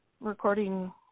recording